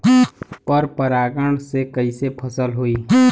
पर परागण से कईसे फसल होई?